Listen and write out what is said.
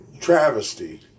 travesty